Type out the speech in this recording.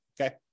okay